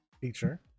feature